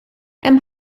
hemm